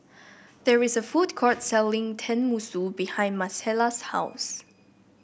there is a food court selling Tenmusu behind Marcela's house